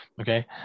okay